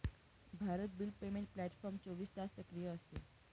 Bharat bill payment platform चोवीस तास सक्रिय असते